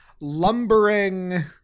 Lumbering